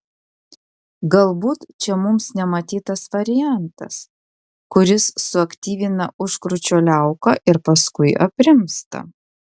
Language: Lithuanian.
galbūt čia mums nematytas variantas kuris suaktyvina užkrūčio liauką ir paskui aprimsta